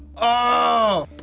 oh!